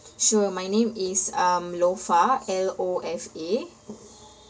sure my name is um lofa L O F A